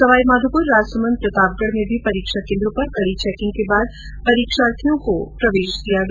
सवाईमाधोपुर राजसंमद प्रतापगढ में भी परीक्षा केन्द्रों पर कडी चैकिंग के बाद परीक्षार्थियों को प्रवेश दिया गया